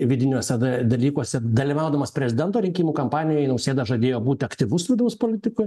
vidiniuose dalykuose dalyvaudamas prezidento rinkimų kampanijoj nausėda žadėjo būti aktyvus vidaus politikoj